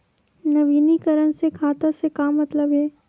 नवीनीकरण से खाता से का मतलब हे?